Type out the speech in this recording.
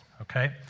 okay